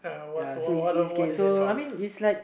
ya so it's it's okay I mean it's like